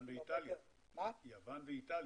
קפריסין, יוון ואיטליה.